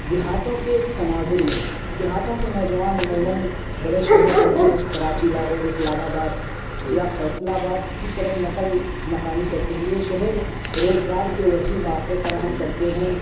دیہاتوں کے تناظر میں دیہاتوں کے نوجوان عموماً بڑے شہروں جیسے کراچی لاہور اسلام آباد یا فیصل آباد کی طرف نقل مکانی کرتے ہے یہ شہر روزگار کے وسیع مواقع فراہم کرتے ہیں